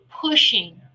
pushing